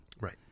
Right